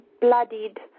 bloodied